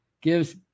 Gives